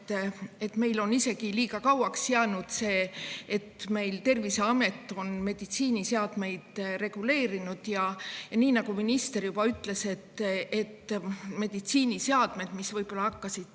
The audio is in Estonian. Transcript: et meil on isegi liiga kauaks jäänud nii, et Terviseamet meditsiiniseadmeid reguleerib. Nii nagu minister juba ütles, meditsiiniseadmed võib-olla hakkasid